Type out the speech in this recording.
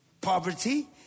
Poverty